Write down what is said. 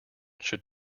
should